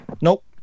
Nope